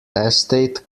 estate